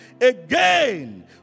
again